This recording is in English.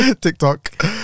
TikTok